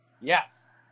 Yes